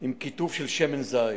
עם כיתוב "שמן זית".